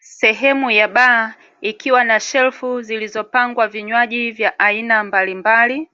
Sehemu ya baa ikiwa na shelfu zilizopangwa vinywaji vya aina mbalimbali,